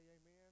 amen